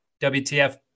WTF